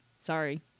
sorry